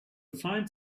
find